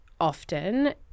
often